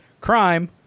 crime